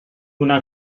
una